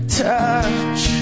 touch